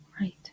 Right